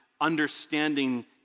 understanding